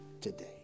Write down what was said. today